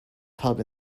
pub